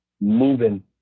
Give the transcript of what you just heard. moving